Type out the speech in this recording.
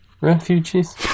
refugees